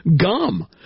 gum